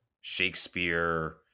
Shakespeare